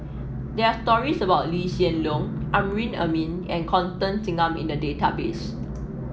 there are stories about Lee Hsien Loong Amrin Amin and Constance Singam in the database